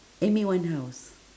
amy-winehouse